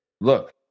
look